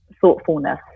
thoughtfulness